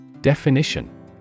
Definition